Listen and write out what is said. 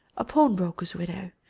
a pawnbroker's widow,